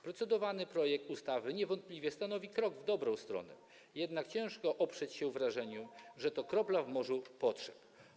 Procedowany projekt ustawy niewątpliwie stanowi krok w dobrą stronę, jednak ciężko oprzeć się wrażeniu, że to kropla w morzu potrzeb.